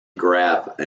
graph